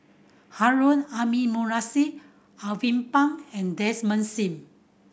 Harun Aminurrashid Alvin Pang and Desmond Sim